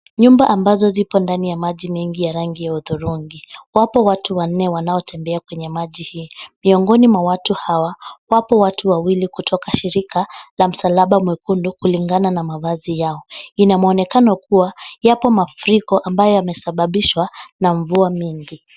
Nyumba ambazo zipo ndani ya maji mengi ya rangi ya hudhurungi wapo watu wanne wanaotembea kwenye maji hii, miongoni mwa watu hawa wapo watu wawili kutoka shirika la msalaba mwekundu kulingana na mavazi yao, ina mwonekano kuwa yapo mafuriko ambayo yamesababishwa na mvua mingi.